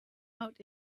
out